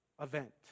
event